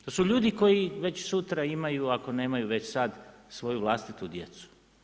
To su ljudi koji već sutra imaju, ako nemaju već sada svoju vlastitu djecu.